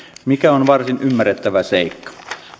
mikä on varsin ymmärrettävä seikka